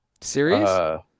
Serious